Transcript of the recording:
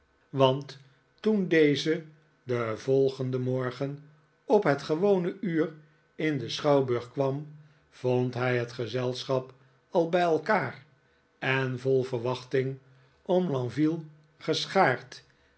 want toen deze den volgenden morgen op het gewone uur in den schouwburg kwam vond hij het gezelschap al bij elkaar en vol verwachting om lenzoo